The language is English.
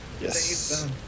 Yes